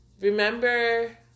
Remember